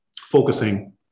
focusing